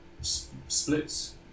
splits